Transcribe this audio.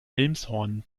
elmshorn